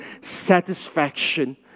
satisfaction